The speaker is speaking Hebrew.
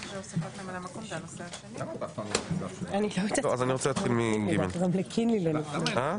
אם כך, ההצעה עברה פה